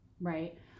right